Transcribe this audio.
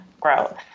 growth